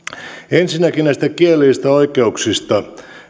ensinnäkin näistä kielellisistä oikeuksista